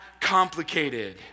complicated